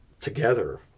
together